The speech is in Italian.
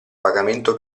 pagamento